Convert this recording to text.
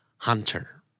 Hunter